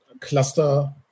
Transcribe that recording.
cluster